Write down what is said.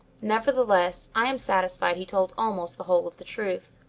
nevertheless, i am satisfied he told almost the whole of the truth.